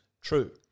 True